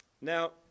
Now